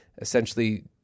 essentially